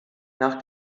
nach